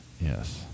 Yes